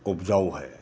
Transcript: उपजाऊ है